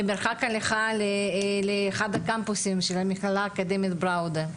ומרחב הליכה לאחד הקמפוסים של המכללה האקדמית בראודה.